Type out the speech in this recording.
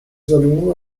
saloon